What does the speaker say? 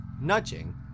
nudging